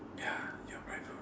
ya you are right bro